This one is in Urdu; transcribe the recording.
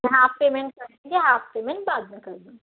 ہاف پیمنٹ کر دیا ہاف پیمنٹ بعد میں کر دیں گے